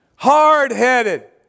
Hard-headed